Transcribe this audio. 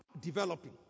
developing